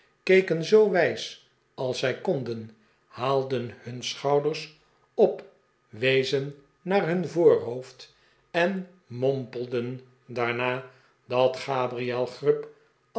keken zoo wijs als zij konden haalden hun schouders op wezen naar hun voorhoofd twee nieuwe kennissen en mompelden daarna dat gabriel grub